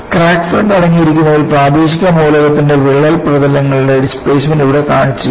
crack front അടങ്ങിയിരിക്കുന്ന ഒരു പ്രാദേശിക മൂലകത്തിന്റെ വിള്ളൽ പ്രതലങ്ങളുടെ ഡിസ്പ്ലേസ്മെൻറ് ഇവിടെ കാണിച്ചിരിക്കുന്നു